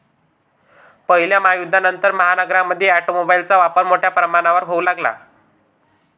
पहिल्या महायुद्धानंतर, महानगरांमध्ये ऑटोमोबाइलचा वापर मोठ्या प्रमाणावर होऊ लागला